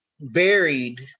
buried